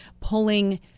pulling